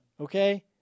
Okay